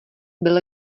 byl